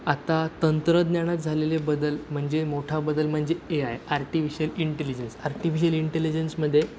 आता तंत्रज्ञानात झालेले बदल म्हणजे मोठा बदल म्हणजे A I artificial intelligence artificial इंटेलिजन्समध्ये